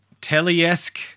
telly-esque